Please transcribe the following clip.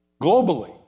globally